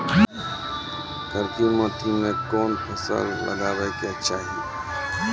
करकी माटी मे कोन फ़सल लगाबै के चाही?